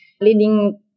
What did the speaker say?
leading